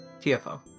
TFO